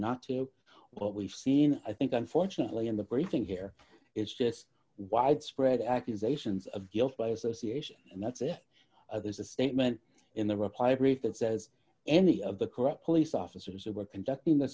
not to what we've seen i think unfortunately and the very thing here is just widespread accusations of guilt by association and that's it there's a statement in the reply brief that says any of the corrupt police officers who were conducting the